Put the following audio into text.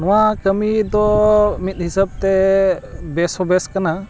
ᱱᱚᱣᱟ ᱠᱟᱹᱢᱤ ᱫᱚ ᱢᱤᱫ ᱦᱤᱥᱟᱹᱵᱽ ᱛᱮ ᱵᱮᱥ ᱦᱚᱸ ᱵᱮᱥ ᱠᱟᱱᱟ